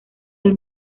del